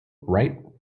write